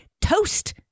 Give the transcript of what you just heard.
toast